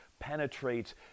penetrate